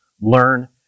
learn